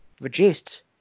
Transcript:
reduced